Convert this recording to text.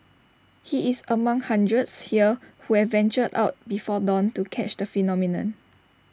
he is among hundreds here who have ventured out before dawn to catch the phenomenon